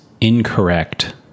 incorrect